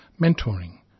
mentoring